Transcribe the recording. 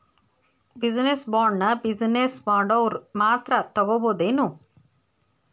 Business ಬಾಂಡ್ನ business ಮಾಡೊವ್ರ ಮಾತ್ರಾ ತಗೊಬೊದೇನು?